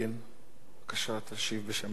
בבקשה, תשיב בשם הממשלה.